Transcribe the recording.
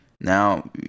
now